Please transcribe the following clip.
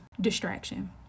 distraction